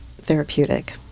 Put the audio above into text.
therapeutic